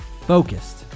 focused